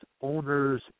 owners